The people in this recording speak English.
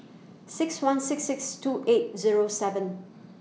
six one six six two eight Zero seven